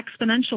exponential